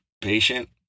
patient